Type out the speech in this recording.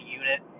unit